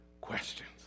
questions